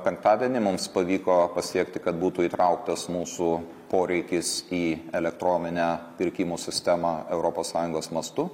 penktadienį mums pavyko pasiekti kad būtų įtrauktas mūsų poreikis į elektroninę pirkimų sistemą europos sąjungos mastu